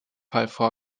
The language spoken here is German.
ernstfall